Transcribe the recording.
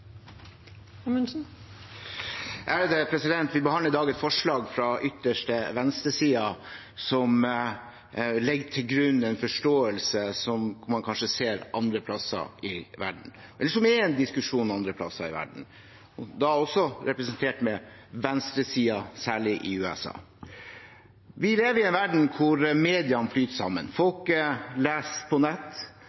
ytterste venstresiden som legger til grunn en forståelse som man kanskje ser andre steder i verden – eller som er en diskusjon andre steder i verden, da også representert ved venstresiden, særlig i USA. Vi lever i en verden hvor mediene flyter sammen.